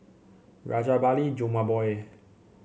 Rajabali Jumabhoy